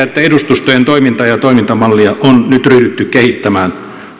että edustustojen toimintaa ja toimintamallia on nyt ryhdytty kehittämään